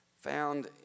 found